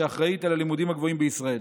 שאחראית על הלימודים הגבוהים בישראל.